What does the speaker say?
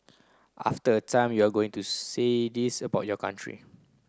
after a time you are going to say this about your country